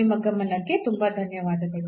ನಿಮ್ಮ ಗಮನಕ್ಕೆ ತುಂಬಾ ಧನ್ಯವಾದಗಳು